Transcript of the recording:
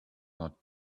not